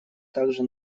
также